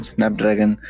Snapdragon